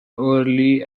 early